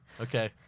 Okay